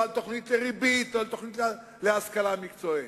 על תוכנית לריבית או על תוכנית להשכלה מקצועית.